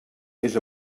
més